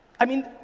i mean,